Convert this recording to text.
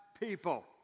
people